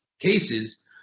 cases